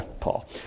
paul